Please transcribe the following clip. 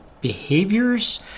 behaviors